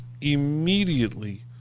immediately